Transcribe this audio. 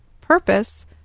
purpose